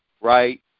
Right